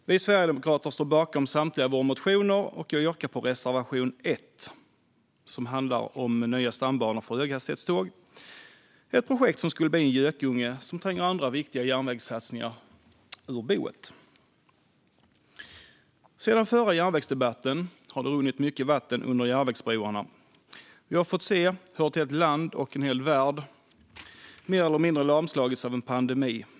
Herr talman! Vi sverigedemokrater står bakom samtliga våra motioner. Jag yrkar bifall till reservation 1, som handlar om nya stambanor för höghastighetståg, ett projekt som kommit att bli en gökunge som tränger andra viktiga järnvägssatsningar ur boet. Sedan förra järnvägsdebatten har det runnit mycket vatten under järnvägsbroarna. Vi har fått se hur ett helt land och en hel värld mer eller mindre lamslagits av en pandemi.